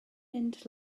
mynd